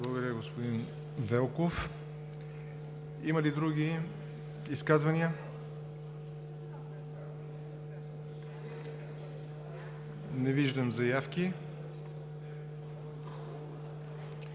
Благодаря, господин Кирилов. Има ли други изказвания? Не виждам.